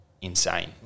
insane